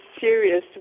serious